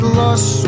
lost